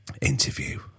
Interview